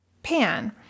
pan